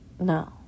No